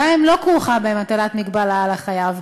גם אם לא כרוכה בהם הטלת מגבלה על החייב,